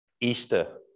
Easter